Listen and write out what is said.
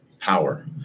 power